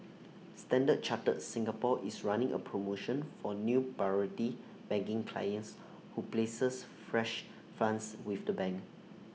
standard chartered Singapore is running A promotion for new priority banking clients who places fresh funds with the bank